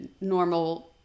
normal